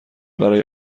برای